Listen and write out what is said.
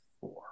four